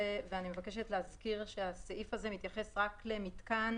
להזכיר שהסעיף הזה מתייחס רק למתקן